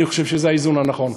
אני חושב שזה האיזון הנכון.